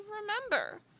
remember